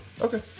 okay